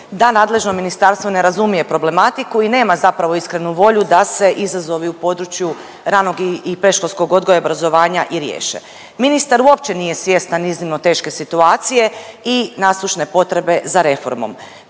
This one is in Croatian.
da nadležno ministarstvo ne razumije problematiku i nema zapravo iskrenu volju da se izazovi u području ranog i predškolskog odgoja i obrazovanja i riješe. Ministar uopće nije svjestan iznimno teške situacije i nasušne potrebe za reformom,